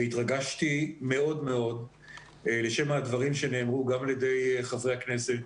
התרגשתי מאוד מאוד לשם הדברים שנאמרו גם על ידי חברי הכנסת,